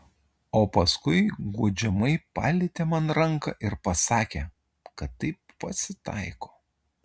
o paskui guodžiamai palietė man ranką ir pasakė kad taip pasitaiko